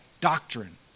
doctrine